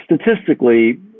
statistically